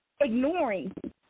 ignoring